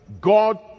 God